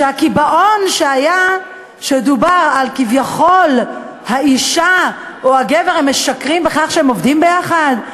שהקיבעון שדובר עליו שכביכול האישה או הגבר משקרים כשהם עובדים ביחד?